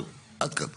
זהו, עד כאן.